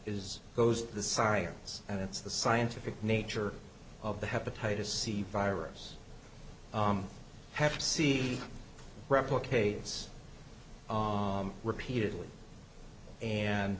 is those the science and it's the scientific nature of the hepatitis c virus have to see replicates repeatedly and